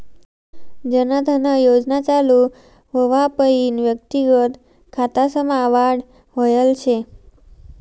जन धन योजना चालू व्हवापईन व्यक्तिगत खातासमा वाढ व्हयल शे